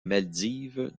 maldives